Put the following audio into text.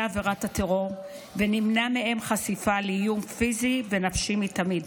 עבירת הטרור ונמנע מהם חשיפה לאיום פיזי ונפשי מתמיד.